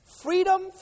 freedom